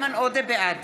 בעד